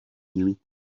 nuit